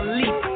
leap